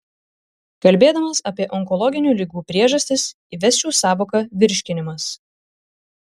kalbėdamas apie onkologinių ligų priežastis įvesčiau sąvoką virškinimas